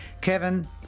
Kevin